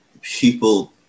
people